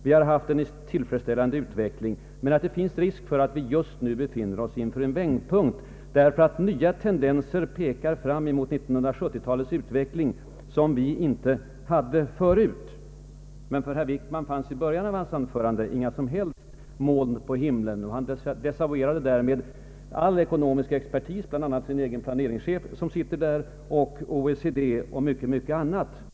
Vi har haft en tillfredsställande utveckling men vi befinner oss just inför en vändpunkt, enär nya tendenser pekar fram emot 1970-talets utveckling. Men för herr Wickman fanns i början av hans anförande inga som helst moln på himlen. Han desavuerade därmed all ekonomisk exper tis, bl.a. sin egen planeringschef och OECD och mycket annat.